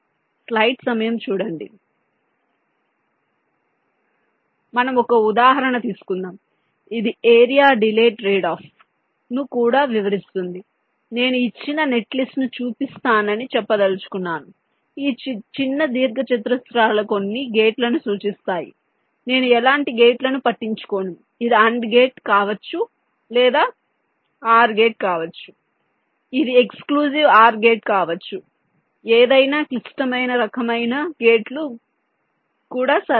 కాబట్టి మనం ఒక ఉదాహరణ తీసుకుందాం ఇది ఏరియా డిలే ట్రేడ్ఆఫ్ ను కూడా వివరిస్తుంది నేను ఇచ్చిన నెట్లిస్ట్ను చూపిస్తానని చెప్పదలుచుకున్నాను ఈ చిన్న దీర్ఘచతురస్రాలు కొన్ని గేట్లను సూచిస్తాయి నేను ఎలాంటి గేట్లను పట్టించుకోను ఇది AND గేట్ కావచ్చు లేదా గేట్ కావచ్చు ఇది ఎక్స్క్లూజివ్ OR గేట్ కావచ్చు ఏదైనా క్లిష్టమైన రకమైన గేట్లు కూడా సరైనవి